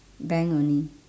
bank only